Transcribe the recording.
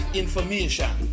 information